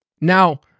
Now